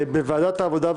בוועדת העבודה,